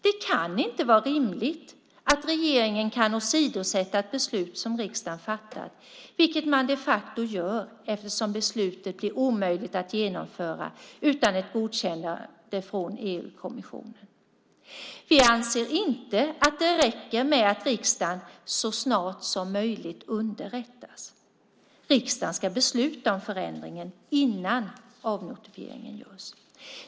Det kan inte vara rimligt att regeringen kan åsidosätta ett beslut som riksdagen fattat, vilket man de facto gör eftersom beslutet blir omöjligt att genomföra utan ett godkännande från EU-kommissionen. Vi anser inte att det räcker med att riksdagen så snart som möjligt underrättas. Riksdagen ska besluta om förändringen innan avnotifieringen görs.